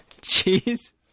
cheese